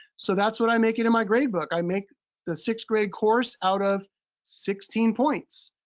so that's what i make it in my grade book. i make the sixth grade course out of sixteen points.